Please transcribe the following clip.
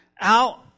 out